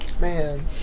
Man